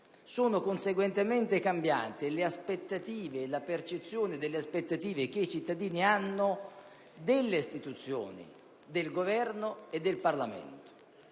e conseguentemente sono cambiate le aspettative e la percezione delle stesse che i cittadini hanno delle istituzioni, del Governo e del Parlamento.